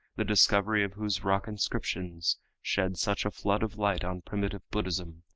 the discovery of whose rock inscriptions shed such a flood of light on primitive buddhism,